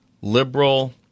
liberal